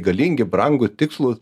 galingi brangūs tikslūs